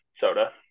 soda